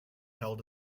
held